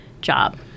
job